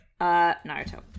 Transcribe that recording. Naruto